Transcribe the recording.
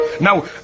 Now